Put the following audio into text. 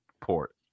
port